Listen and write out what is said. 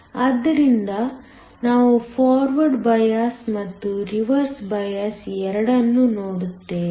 ಆದ್ದರಿಂದ ನಾವು forward bias ಮತ್ತು ರಿವರ್ಸ್ ಬಯಾಸ್ ಎರಡನ್ನೂ ನೋಡುತ್ತೇವೆ